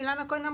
אילנה כהן אמרה: